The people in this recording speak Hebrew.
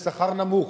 בשכר נמוך.